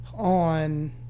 On